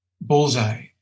bullseye